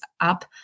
up